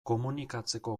komunikatzeko